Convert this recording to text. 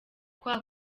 kwa